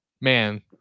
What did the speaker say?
man